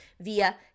via